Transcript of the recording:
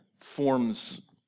forms